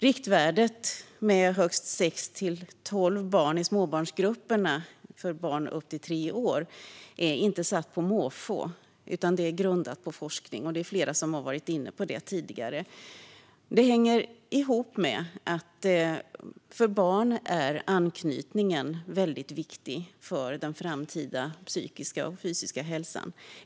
Riktvärdet med högst sex till tolv barn i småbarnsgrupperna - barn upp till tre år - är inte satt på måfå utan grundat på forskning. Det är flera som har varit inne på det tidigare. Det hänger ihop med att för barn är anknytningen väldigt viktig för den framtida psykiska och fysiska hälsan.